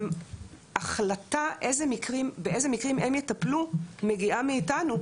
ההחלטה באילו מקרים הם יטפלו מגיעה מאיתנו,